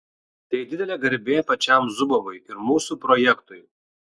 tai didelė garbė pačiam zubovui ir mūsų projektui